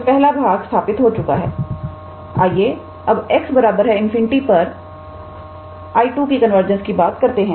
तो पहला भाग स्थापित हो चुका है आइए अब 𝑥 ∞ पर 𝐼2 की कन्वर्जेंस की बात करते हैं